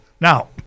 Now